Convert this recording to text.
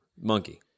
Monkey